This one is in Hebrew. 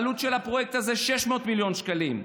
העלות של הפרויקט הזה היא 600 מיליון שקלים,